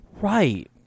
Right